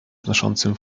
znoszącym